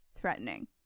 threatening